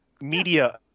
Media